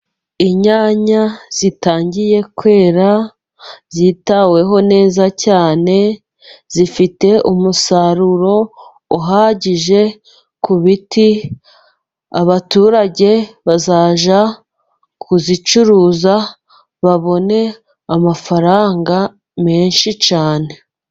Inyanya zitangiye kwera, zitaweho neza cyane. Zifite umusaruro uhagije ku biti. Abaturage bazajya kuzicuruza babone amafaranga menshi cyane.